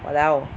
!walao!